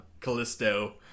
Callisto